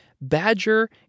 Badger